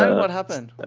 ah what happened?